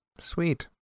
Sweet